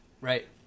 Right